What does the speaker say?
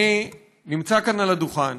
אני נמצא כאן על הדוכן